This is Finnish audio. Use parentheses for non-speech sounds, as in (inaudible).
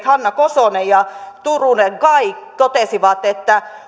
(unintelligible) hanna kosonen ja kaj turunen totesivat että